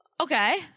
Okay